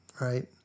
right